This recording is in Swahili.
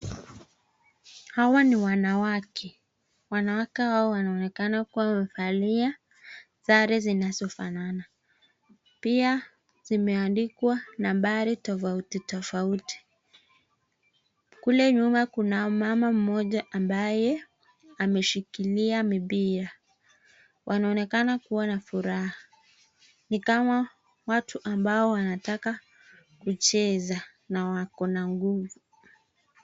Hawa ni wanawake, wanawake hawa wanaonekana kuwa wamevalia sare zinazofanana pia zimeandikwa nambari tofauti tofauti ,kule nyuma kuna mama mmoja ambaye ameshikilia mipira wanaonekana kuwa na furaha ni kama watu ambao wanataka kucheza na wako na nguvu.